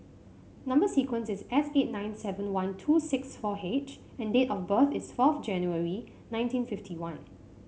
number sequence is S eight nine seven one two six four H and date of birth is fourth January nineteen fifty one